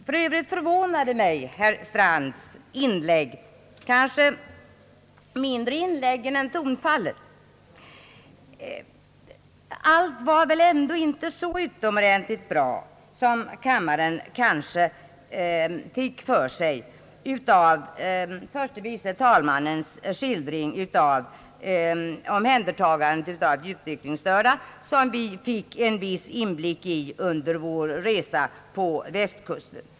För övrigt förvånar mig herr Strands inlägg — kanske mindre själva inlägget än tonfallet. Allt var väl ändå inte så utomordentligt bra som kammarens ledamöter kanske fick för sig av herr förste vice talmannens skildring av omhändertagandet av de utvecklingsstörda, som vi fick en viss inblick i under vår resa på västkusten.